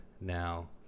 Now